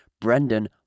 Brendan